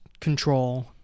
control